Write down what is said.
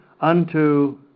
unto